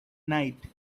night